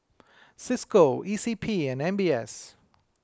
Cisco E C P and M B S